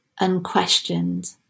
unquestioned